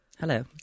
Hello